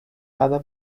other